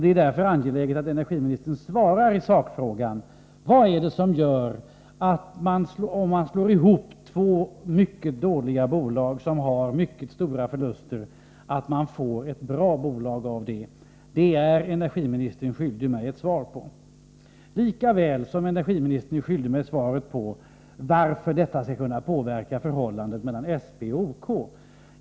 Det är därför angeläget att energiministern svarar i sakfrågan. Vad är det som gör att man, om man slår ihop två mycket dåliga bolag, som har mycket stora förluster, genom denna sammanslagning får ett bra bolag? Energiministern är skyldig mig ett svar på den frågan, liksom hon är skyldig mig ett svar på frågan varför detta skulle kunna påverka förhållandet mellan SP och OK.